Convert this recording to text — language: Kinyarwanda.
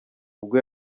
ubwo